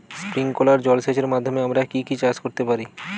Sprinkler জলসেচের মাধ্যমে আমরা কি কি চাষ করতে পারি?